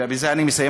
ובזה אני מסיים,